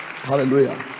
hallelujah